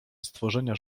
stworzenia